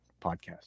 podcast